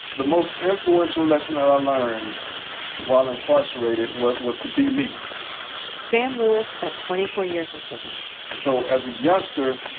the most influential lesson that i learned while incarcerated, what was to be me sam lewis spent twenty four years in prison so as a youngster,